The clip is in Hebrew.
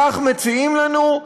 כך מציעים לנו,